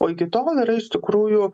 o iki tol yra iš tikrųjų